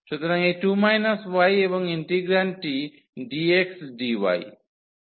সুতরাং এই 2 y এবং ইন্টিগ্রান্ডটি dx dy